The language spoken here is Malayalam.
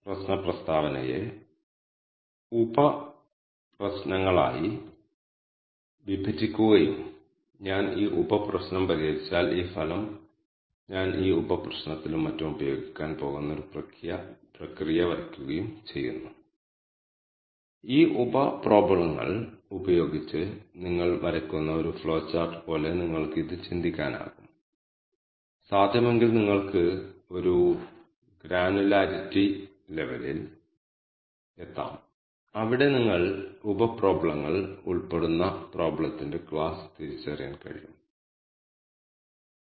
ഇത് എത്ര ക്ലസ്റ്ററുകൾ നിർമ്മിച്ചു ഈ ഓരോ ക്ലസ്റ്ററുകളിലും എത്ര ഡാറ്റ പോയിന്റുകൾ ഉണ്ട് ഈ ഓരോ ക്ലസ്റ്ററുകളുടെയും മാർഗങ്ങൾ എന്തൊക്കെയാണ് ഓരോ പോയിന്റും നിങ്ങൾ നിർമ്മിക്കാൻ ആഗ്രഹിക്കുന്ന 3 ക്ലസ്റ്ററുകളിൽ 1 ആയി എങ്ങനെ തരംതിരിച്ചിരിക്കുന്നു മറ്റ് വിവരങ്ങൾ എന്നിവ നൽകും